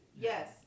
Yes